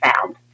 found